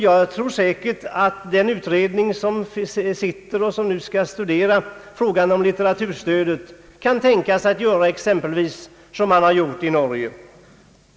— Jag tror säkert att den sittande utredningen, som nu skall studera frågan om litteraturstödet, kan tänkas föreslå att vi skall göra exempelvis som man har gjort i Norge.